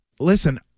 Listen